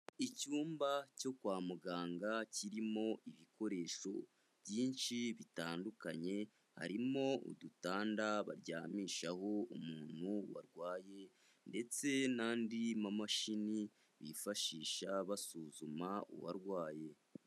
Icyumba cyo kwa muganga kirimo ibikoresho byinshi bitandukanye, harimo udutanda baryamishaho umuntu warwaye ndetse n'andi mamashini, bifashisha basuzuma uwarwaye.